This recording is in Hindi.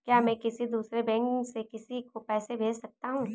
क्या मैं किसी दूसरे बैंक से किसी को पैसे भेज सकता हूँ?